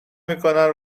میکنن